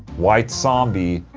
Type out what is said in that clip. white zombie,